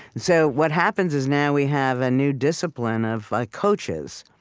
so what happens is, now we have a new discipline of ah coaches,